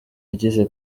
yagize